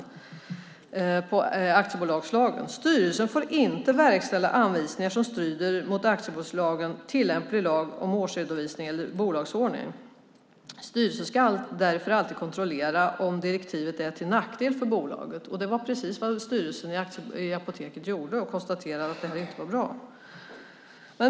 I aktiebolagslagen står det: Styrelsen får inte verkställa anvisningar som strider mot aktiebolagslagen, tillämplig lag om årsredovisning eller bolagsordning. Styrelsen ska därför alltid kontrollera om direktivet är till nackdel för bolaget. Det var precis vad styrelsen i Apoteket gjorde och konstaterade att detta inte var bra.